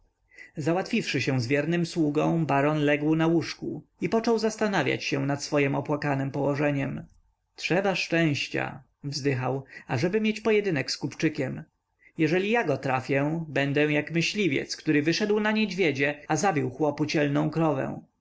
sobieskiego załatwiwszy się z wiernym sługą baron legł na łóżku i począł zastanawiać się nad swojem opłakanem położeniem trzeba szczęścia wzdychał ażeby mieć pojedynek z kupczykiem jeżeli ja go trafię będę jak myśliwiec który wyszedł na niedźwiedzie a zabił chłopu cielną krowę